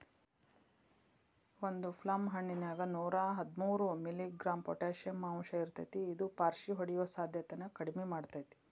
ಒಂದು ಪ್ಲಮ್ ಹಣ್ಣಿನ್ಯಾಗ ನೂರಾಹದ್ಮೂರು ಮಿ.ಗ್ರಾಂ ಪೊಟಾಷಿಯಂ ಅಂಶಇರ್ತೇತಿ ಇದು ಪಾರ್ಷಿಹೊಡಿಯೋ ಸಾಧ್ಯತೆನ ಕಡಿಮಿ ಮಾಡ್ತೆತಿ